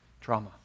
trauma